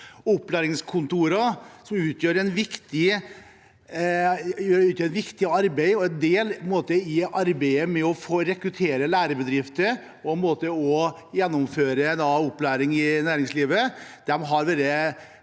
opplæringskontorer som gjør et viktig arbeid og tar del i arbeidet med å rekruttere lærebedrifter og gjennomføre opplæring i næringslivet.